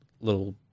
little